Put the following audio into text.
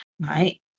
right